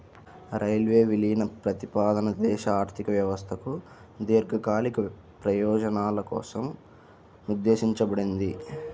railway విలీన ప్రతిపాదన దేశ ఆర్థిక వ్యవస్థకు దీర్ఘకాలిక ప్రయోజనాల కోసం ఉద్దేశించబడింది